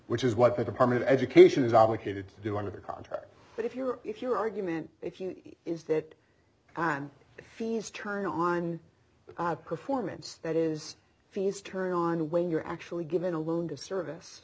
which is what the department of education is obligated to do under the contract but if you're if your argument is that i'm feels turn on the performance that is fees turn on when you're actually given a loan to service